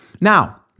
Now